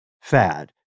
fad